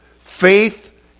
Faith